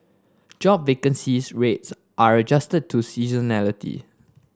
job vacancy rates are adjusted to seasonality